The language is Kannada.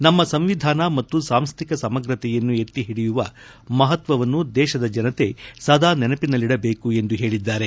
ನಮ್ಮ ಸಂವಿಧಾನ ಮತ್ತು ಸಾಂಸ್ಟಿಕ ಸಮಗ್ರತೆಯನ್ನು ಎತ್ತಿ ಹಿಡಿಯುವ ಮಹತ್ವವನ್ನು ದೇಶದ ಜನತೆ ಸದಾ ನೆನಪಿನಲ್ಲಿಡಬೇಕು ಎಂದು ಹೇಳಿದ್ದಾರೆ